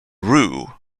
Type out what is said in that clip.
rue